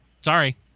Sorry